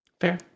Fair